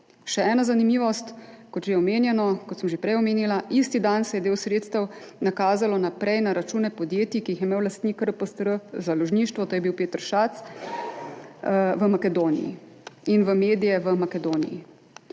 Še ena zanimivost, kot sem že prej omenila, isti dan se je del sredstev nakazal naprej na račune podjetij, ki jih je imel lastnik R-POST-R založništvo, to je bil Peter Schatz, v Makedoniji in medijem v Makedoniji.